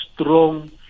strong